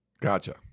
Gotcha